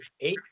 eight